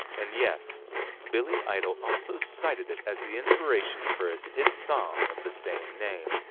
and yes billy idol also cited it as the inspiration for his hit song of the same name.